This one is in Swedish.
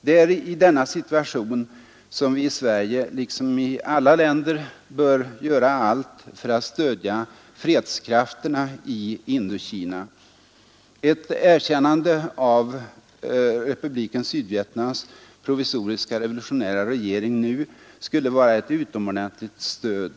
Det är i denna situation som vi i Sverige liksom i alla länder bör göra allt för att stödja fredskrafterna i Indokina. Ett erkännande av Republiken Sydvietnams provisoriska revolutionära regering nu skulle vara ett utomordentligt stöd.